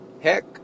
Heck